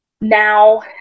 now